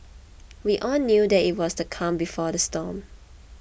we all knew that it was the calm before the storm